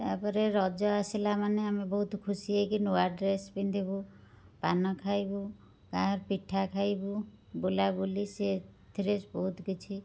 ତାପରେ ରଜ ଆସିଲା ମାନେ ଆମେ ବହୁତ ଖୁସି ହୋଇକି ନୂଆ ଡ୍ରେସ୍ ପିନ୍ଧିବୁ ପାନ ଖାଇବୁ କାହା ପିଠା ଖାଇବୁ ବୁଲାବୁଲି ସିଏଥିରେ ବହୁତ କିଛି